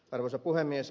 arvoisa puhemies